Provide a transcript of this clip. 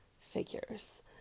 figures